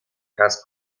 has